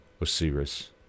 Osiris